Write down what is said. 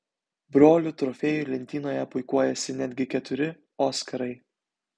brolių trofėjų lentynoje puikuojasi netgi keturi oskarai